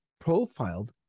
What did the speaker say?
profiled